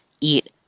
eat